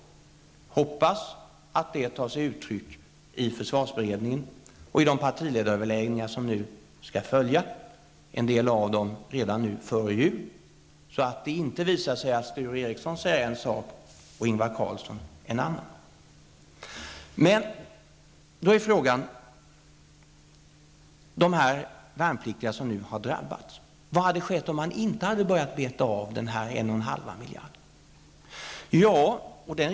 Jag hoppas att detta visar sig också i försvarsberedningen och i de partiledaröverläggningar som nu skall följa, en del av dem redan före jul, och att det inte visar sig att Sture Ericson säger en sak och Ingvar Carlsson en annan. Frågan är då vad hade hänt om man inte börjat beta av dessa 1,5 miljarder.